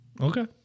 Okay